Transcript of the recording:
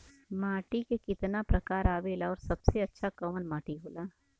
माटी के कितना प्रकार आवेला और सबसे अच्छा कवन माटी होता?